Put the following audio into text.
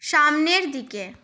সামনের দিকে